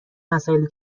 مسائلی